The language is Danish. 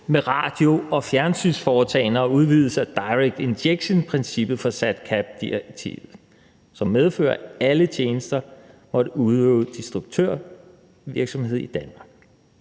med radio- og fjernsynsforetagender og udvidelse af direct injection-princippet for SatCabII-direktivet, som medfører, at alle tjenester må udøve distributørvirksomhed i Danmark.